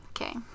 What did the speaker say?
Okay